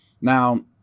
Now